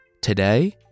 Today